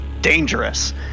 dangerous